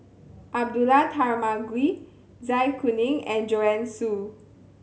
Abdullah Tarmugi Zai Kuning and Joanne Soo